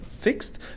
fixed